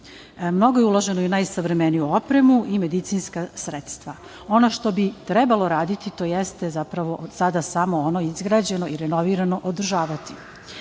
Mnogo je uloženo i u najsavremeniju opremu i medicinska sredstva. Ono što bi trebalo raditi to jeste zapravo od sada samo ono izgrađeno i renovirano održavati.Međutim,